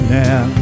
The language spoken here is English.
now